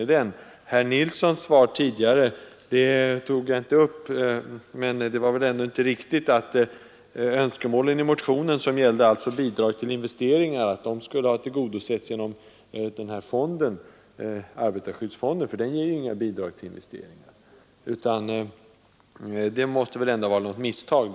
Herr Nilssons svar tidigare tog jag inte upp, men det var väl ändå inte riktigt att önskemålen i motionen, som gällde bidrag till investeringar, skulle ha tillgodosetts genom arbetarskyddsfonden, för den ger ju inga bidrag till investeringar. Det måste vara ett misstag.